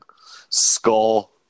Skull